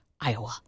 Iowa